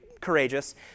courageous